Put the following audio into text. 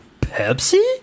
pepsi